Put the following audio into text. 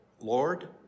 Lord